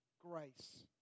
grace